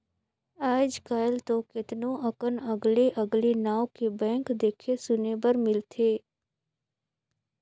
आयज कायल तो केतनो अकन अगले अगले नांव के बैंक देखे सुने बर मिलथे